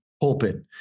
pulpit